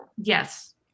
yes